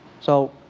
so